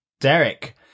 Derek